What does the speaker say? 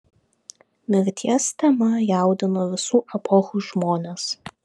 mirties tema jaudino visų epochų žmones